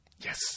Yes